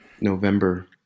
November